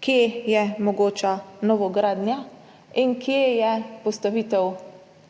kje je mogoča novogradnja in kje je postavitev